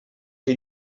que